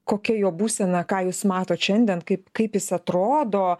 kokia jo būsena ką jūs matot šiandien kaip kaip jis atrodo